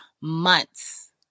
months